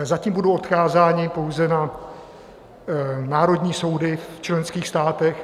Zatím budou odkázání pouze na národní soudy v členských státech.